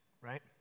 right